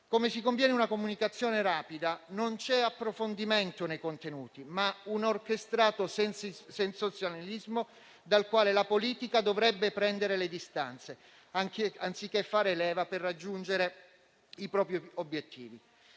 come si conviene a una comunicazione rapida, non c'è approfondimento nei contenuti, ma un orchestrato sensazionalismo dal quale la politica dovrebbe prendere le distanze, anziché fare leva per raggiungere i propri obiettivi.